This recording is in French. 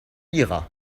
lira